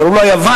קראו לה יוון,